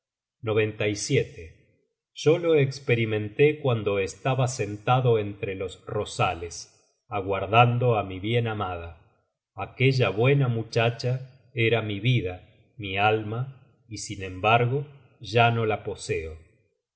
nada yo lo esperimenté cuando estaba sentado entre los rosales aguardando á mi bien amada aquella buena muchacha era mi vida mi alma y sin embargo ya no la poseo